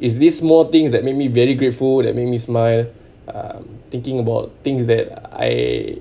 is these small things that made me very grateful that make me smile um thinking about things that I